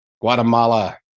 Guatemala